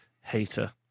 Hater